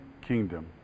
kingdom